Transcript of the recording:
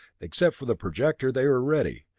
except for the projector they were ready,